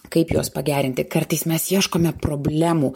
kaip juos pagerinti kartais mes ieškome problemų